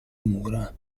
mura